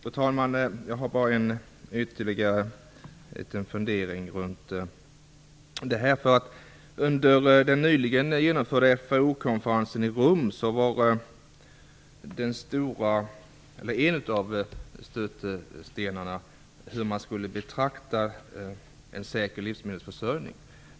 Fru talman! Jag har bara ytterligare en liten fundering kring det här. Under den nyligen genomförda FAO-konferensen i Rom var en av stötestenarna hur man skulle betrakta det här med en säker livsmedelsförsörjning.